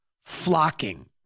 flocking